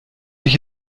ich